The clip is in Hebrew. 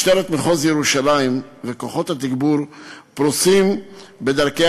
משטרת מחוז ירושלים וכוחות התגבור פרוסים בדרכי